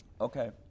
Okay